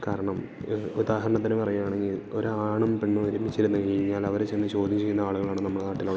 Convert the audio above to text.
കാരണം ഉദാഹരണത്തിന് പറയുവാണെങ്കിൽ ഒരു ആണും പെണ്ണും ഒരുമിച്ചിരുന്നു കഴിഞ്ഞു കഴിഞ്ഞാൽ അവരെ ചെന്ന് ചോദ്യം ചെയ്യുന്ന ആളുകളാണ് നമ്മുടെ നാട്ടിൽ ഉള്ളത്